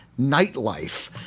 nightlife